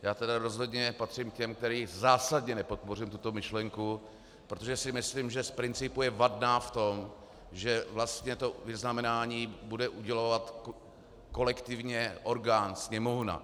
Já tedy rozhodně patřím k těm, kteří zásadně nepodpoří tuto myšlenku, protože si myslím, že z principu je vadná v tom, že vlastně to vyznamenání bude udělovat kolektivně orgán, Sněmovna.